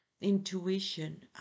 intuition